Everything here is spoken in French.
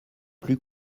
plus